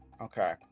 Okay